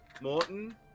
Morton